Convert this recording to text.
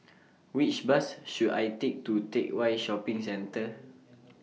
Which Bus should I Take to Teck Whye Shopping Centre